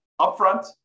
upfront